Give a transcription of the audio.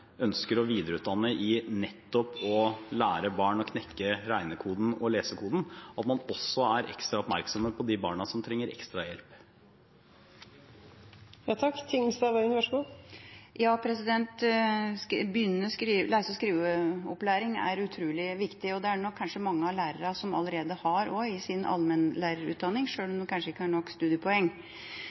ønsker å videreutdanne for å lære barn å knekke regnekoden og lesekoden, er man ekstra oppmerksom på de barna som trenger ekstra hjelp. Begynnende lese- og skriveopplæring er utrolig viktig, og det er nok kanskje mange av lærerne som allerede har den kompetansen i sin allmennlærerutdanning, sjøl om de kanskje ikke har nok studiepoeng.